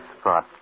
spot